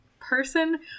person